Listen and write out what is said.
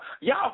y'all